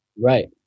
Right